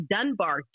Dunbar